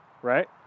Right